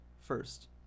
first